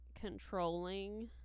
controlling